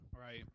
Right